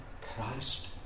Christ